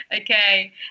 Okay